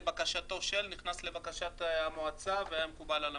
"לבקשתו של..." נכנס לבקשת המועצה והיה מקובל על המשרד.